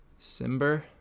Simber